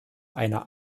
einer